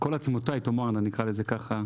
"כל עצמותיי תאמרנה", אני אקרא לזה ככה.